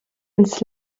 ins